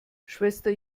schwester